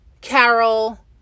Carol